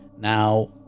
now